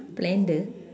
blender